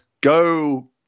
go